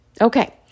Okay